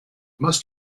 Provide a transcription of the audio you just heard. must